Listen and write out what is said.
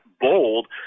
bold